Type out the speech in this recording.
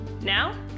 Now